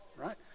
right